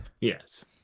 Yes